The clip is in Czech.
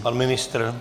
Pan ministr?